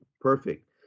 perfect